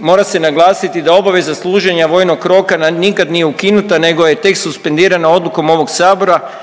mora se naglasiti da obaveza služenja vojnog roka nikad nije ukinuta nego je tek suspendirana odlukom ovog sabora